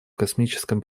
космическом